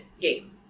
game